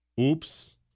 Oops